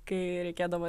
kai reikėdavo